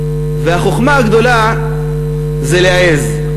והחוכמה הגדולה זה להעז,